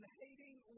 hating